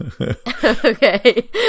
Okay